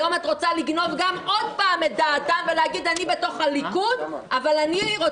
היום את רוצה לגנוב גם עוד פעם את דעתם ולהגיד: אני בתוך הליכוד,